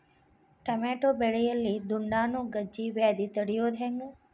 Tomato ಬೆಳೆಯಲ್ಲಿ ದುಂಡಾಣು ಗಜ್ಗಿ ವ್ಯಾಧಿ ತಡಿಯೊದ ಹೆಂಗ್?